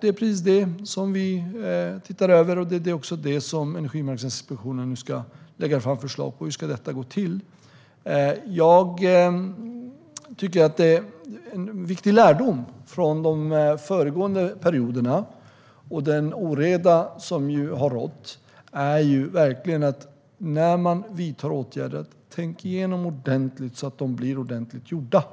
Det är precis det som vi ser över. Det är också det och hur det ska gå till som Energimarknadsinspektionen ska lägga fram förslag om. Jag tycker att det är en viktig lärdom från de föregående perioderna och den oreda som har rått att när man vidtar åtgärder ska man tänka igenom dem så att de blir ordentligt genomförda - detta